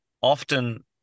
often